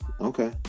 Okay